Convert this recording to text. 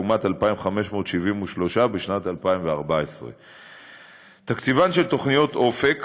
לעומת 2,573 בשנת 2014. תקציבן של תוכניות אופק